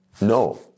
No